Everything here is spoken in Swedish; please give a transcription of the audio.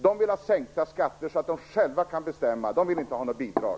De vill ha sänkta skatter, så att de själva kan bestämma. De vill inte ha något bidrag.